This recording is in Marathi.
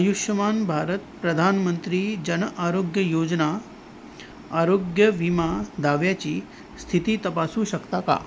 आयुष्यमान भारत प्रधानमंत्री जन आरोग्य योजना आरोग्य विमा दाव्याची स्थिती तपासू शकता का